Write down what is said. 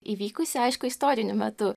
įvykusį aišku istoriniu metu